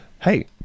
Hey